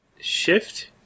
Shift